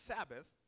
Sabbath